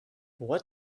what